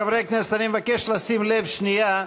חברי הכנסת, אני מבקש לשים לב שנייה.